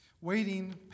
Waiting